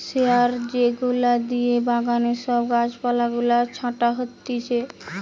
শিয়ার যেগুলা দিয়ে বাগানে সব গাছ পালা গুলা ছাটা হতিছে